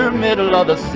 ah met another.